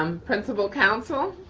um principal council.